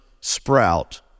sprout